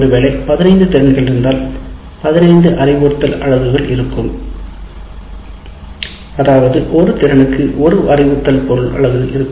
ஒருவேளை 15 திறன்கள் இருந்தால் 15 அறிவுறுத்தல் அலகுகள் இருக்கும் அதாவது ஒரு திறனுக்கு ஒரு அறிவுறுத்தல் அலகு இருக்கும்